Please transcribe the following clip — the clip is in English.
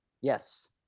Yes